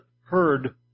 heard